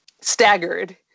staggered